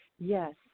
Yes